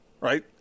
Right